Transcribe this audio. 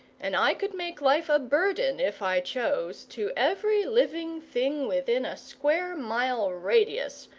and i could make life a burden, if i chose, to every living thing within a square-mile radius,